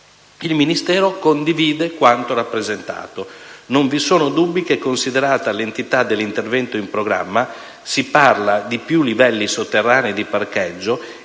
Il Ministero condivide quanto rappresentato. Non vi sono dubbi che, considerata l'entità dell'intervento in programma (si parla di più livelli sotterranei di parcheggio)